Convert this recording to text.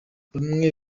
bamwe